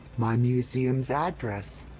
my museum's address?